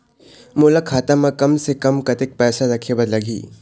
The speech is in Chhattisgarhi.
मोला खाता म कम से कम कतेक पैसा रखे बर लगही?